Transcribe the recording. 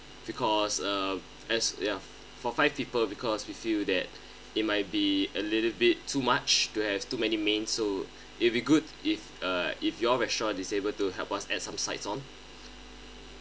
because uh as ya for five people because we feel that it might be a little bit too much to have too many main so it'll be good if uh if your restaurant is able to help us add some sides on